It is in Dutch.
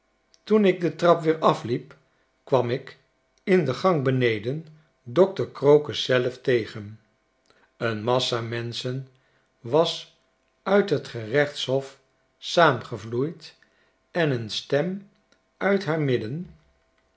toen ik de trap weer afliep kwam ik in de gang beneden dokter crocus zelf tegen een massa menschen was uit het gerechtshof saamgevloeid en een stem uit haar midden